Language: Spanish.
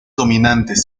dominantes